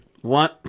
one